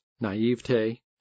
naivete